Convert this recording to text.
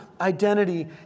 identity